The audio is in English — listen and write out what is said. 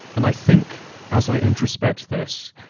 and i think as i introspect this,